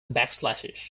backslashes